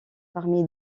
parmi